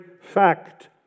fact